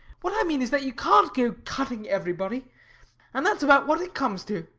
what i mean is that you can't go cutting everybody and that's about what it comes to.